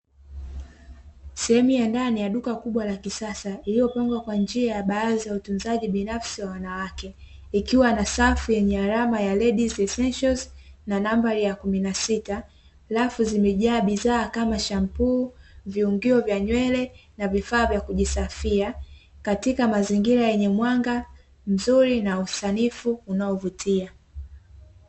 Sehemu ya ndani ya duka kubwa la kisasa, lililopangwa kwa njia ya baadhi ya utunzaji binafsi wa wanawake. Ikiwa na safu yenye alama ya (Ladies Essentials) na nambari ya kumi na sita. Rafu zimejaa bidhaa kama: shampuu, viungio vya nywele na vifaa vya kujisafia, katika mazingira yenye mwanga mzuri na usanifu unaovutia.